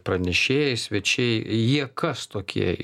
pranešėjai svečiai jie kas tokie